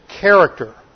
character